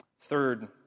Third